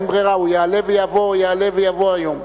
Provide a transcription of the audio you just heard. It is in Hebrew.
אין ברירה, הוא יעלה ויבוא, יעלה ויבוא היום.